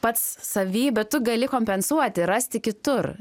pats savy bet tu gali kompensuoti rasti kitur